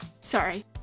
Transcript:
Sorry